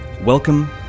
Welcome